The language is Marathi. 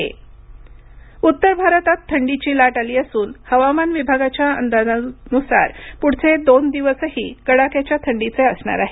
रविवार थंडीचा दिवस उत्तर भारतात थंडीची लाट आली असून हवामान विभागाच्या अंदाजानुसार पुढचे दोन दिवसही कडाक्याच्या थंडीचे असणार आहेत